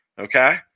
Okay